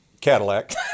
Cadillac